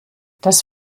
das